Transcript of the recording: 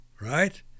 right